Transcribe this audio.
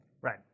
Right